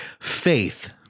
faith